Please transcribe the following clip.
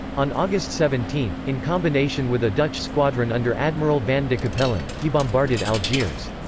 on august seventeen, in combination with a dutch squadron under admiral van de capellen, he bombarded algiers.